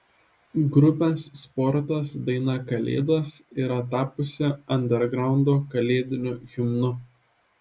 grupės sportas daina kalėdos yra tapusi andergraundo kalėdiniu himnu